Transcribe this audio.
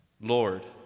Lord